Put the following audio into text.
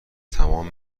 تمام